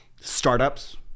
startups